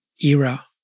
era